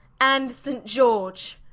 and s aint. george.